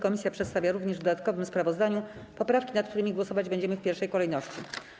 Komisja przedstawia również w dodatkowym sprawozdaniu poprawki, nad którymi głosować będziemy w pierwszej kolejności.